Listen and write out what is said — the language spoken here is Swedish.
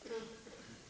inte fullt så talföra om nöden och eländet i det här landet! Faktum är att vi har många problem att lösa, men att vi ändå har det ganska bra, om vi jämför med situationen i många andra länder. Vi vill att det skall bli bättre, och jag tror att det kommer att bli det.